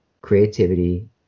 creativity